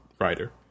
writer